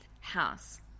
house